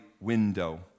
window